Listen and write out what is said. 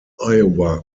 iowa